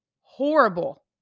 horrible